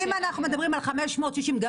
אם אנחנו מדברים על 560 דירות בשנה,